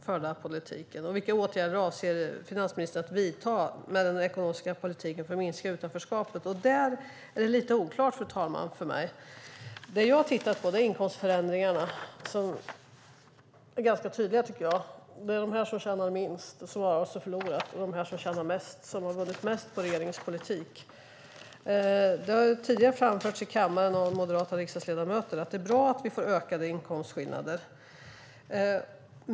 När det gäller min fråga om vilka åtgärder finansministern avser att vidta med den ekonomiska politiken för att minska utanförskapet är det lite oklart. Jag har tittat på inkomstförändringarna. De är ganska tydliga. De som tjänar minst har alltså förlorat och de som tjänar mest har vunnit mest på regeringens politik. Moderata riksdagsledamöter har tidigare framfört i kammaren att det är bra att vi får ökade inkomstskillnader.